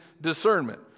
discernment